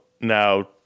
now